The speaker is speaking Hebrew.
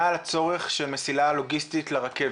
על הצורך של מסילה לוגיסטית לרכבת?